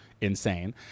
insane